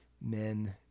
men